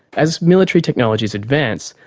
as military technologies advance,